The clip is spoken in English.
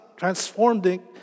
transforming